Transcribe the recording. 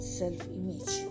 self-image